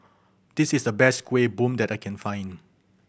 this is the best Kuih Bom that I can find